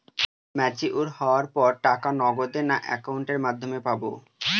Mature হওয়ার পর টাকা নগদে না অ্যাকাউন্টের মাধ্যমে পাবো?